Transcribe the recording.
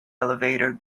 elevator